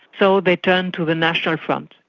so they turn to the national front.